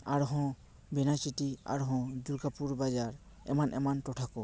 ᱥᱮ ᱟᱨᱦᱚᱸ ᱵᱮᱱᱟᱪᱤᱛᱤ ᱥᱮ ᱟᱨᱦᱚᱸ ᱫᱩᱨᱜᱟᱯᱩᱨ ᱵᱟᱡᱟᱨ ᱮᱢᱟᱱ ᱮᱢᱟᱱ ᱴᱚᱴᱷᱟ ᱠᱚ